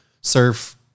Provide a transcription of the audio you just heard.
surf